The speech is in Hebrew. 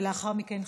ולאחר מכן,